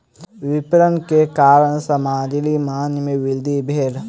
विपरण के कारण सामग्री मांग में वृद्धि भेल